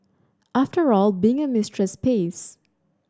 after all being a mistress pays